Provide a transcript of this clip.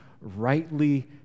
rightly